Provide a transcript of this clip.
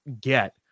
get